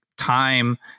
time